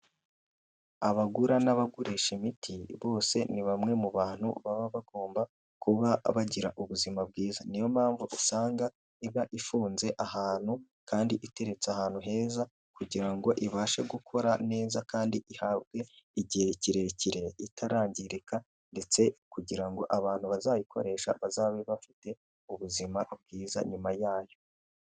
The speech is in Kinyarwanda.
Abagura n'abagurisha imiti bose ni bamwe mu bantu baba bagomba kuba bagira ubuzima bwiza niyo mpamvu usanga iba ifunze ahantu kandi iteretse ahantu heza kugira ngo ibashe gukora neza kandi ihabwe igihe kirekire, itarangirika ndetse kugira ngo abantu bazayikoresha bazabe bafite ubuzima bwiza nyuma yayo.